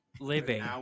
Living